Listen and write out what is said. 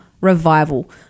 Revival